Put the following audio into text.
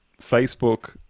Facebook